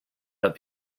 but